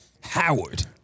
Howard